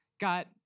got